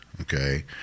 okay